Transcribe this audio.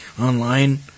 online